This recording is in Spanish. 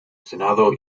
senado